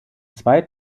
zwei